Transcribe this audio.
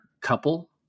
couple